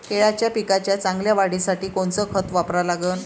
केळाच्या पिकाच्या चांगल्या वाढीसाठी कोनचं खत वापरा लागन?